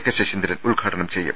K Saseendran ഉദ്ഘാടനം ചെയ്യും